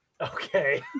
Okay